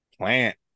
plant